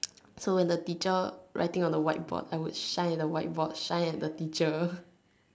so when the teacher write on the whiteboard I would shine at the whiteboard shine at the teacher